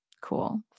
Cool